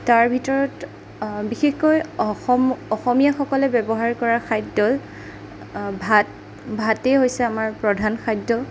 তাৰ ভিতৰত বিশেষকৈ অসম অসমীয়াসকলে ব্যৱহাৰ কৰা খাদ্য ভাত ভাতেই হৈছে আমাৰ প্ৰধান খাদ্য